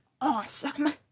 awesome